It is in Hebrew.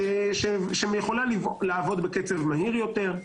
שיכולה לעבוד בקצב מהיר יותר,